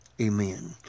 Amen